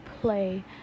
play